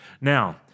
Now